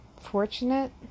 fortunate